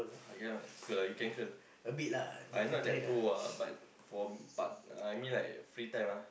I cannot curl ah you can curl I not that pro ah but for but uh I mean like free time ah